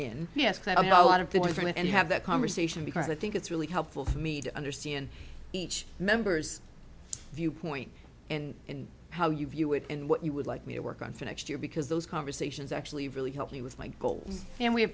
different and have that conversation because i think it's really helpful for me to understand each member's viewpoint and how you view it and what you would like me to work on for next year because those conversations actually really helped me with my goal and we have